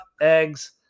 eggs